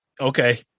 Okay